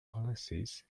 palaces